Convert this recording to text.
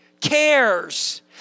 cares